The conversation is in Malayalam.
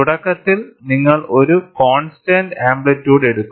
തുടക്കത്തിൽ നിങ്ങൾ ഒരു കോൺസ്റ്റന്റ് ആംപ്ലിറ്യുഡ് എടുക്കും